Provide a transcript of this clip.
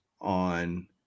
on